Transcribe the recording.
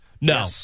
No